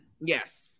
Yes